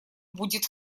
будет